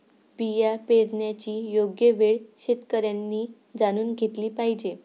बिया पेरण्याची योग्य वेळ शेतकऱ्यांनी जाणून घेतली पाहिजे